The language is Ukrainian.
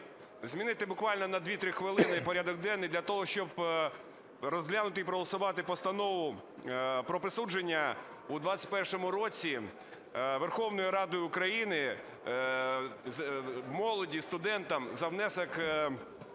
змінити буквально на 2-3 хвилини порядок денний для того, щоб розглянути і проголосувати Постанову про присудження в 2021 році Верховною Радою України молоді і студентам за внесок